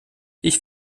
ich